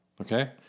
Okay